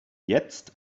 jetzt